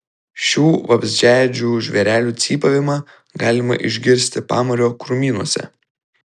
šių vabzdžiaėdžių žvėrelių cypavimą galima išgirsti pamario krūmynuose